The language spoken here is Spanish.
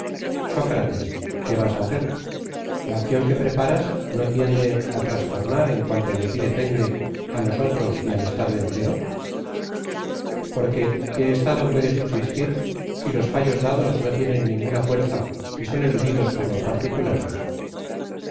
sócrates qué vas á hacer la acción que preparas no tiende á trastornar en cuanto de tí depende á nosotros y al estado entero porque qué estado puede subsistir si los fallos dados no tienen ninguna fuerza y son eludidos por los particulares